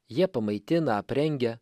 jie pamaitina aprengia